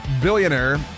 billionaire